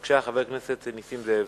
בבקשה, חבר הכנסת נסים זאב.